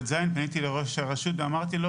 ז' אני פניתי לראש הראשות ואמרתי לו